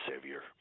savior